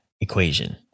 equation